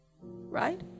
Right